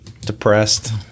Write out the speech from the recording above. depressed